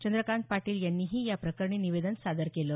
चंद्रकांत पाटील यांनीही या प्रकरणी निवेदन सादर केलं